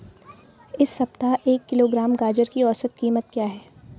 इस सप्ताह एक किलोग्राम गाजर की औसत कीमत क्या है?